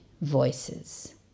voices